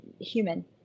human